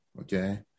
Okay